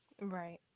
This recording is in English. right